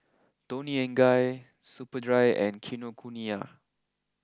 Toni and Guy Superdry and Kinokuniya